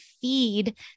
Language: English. feed